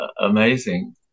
Amazing